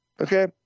okay